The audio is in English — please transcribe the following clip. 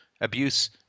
abuse